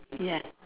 ya